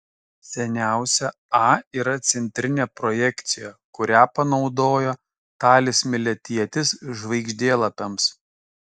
seniausia a yra centrinė projekcija kurią panaudojo talis miletietis žvaigždėlapiams